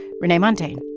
renee montagne,